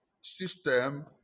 system